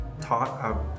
taught